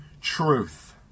truth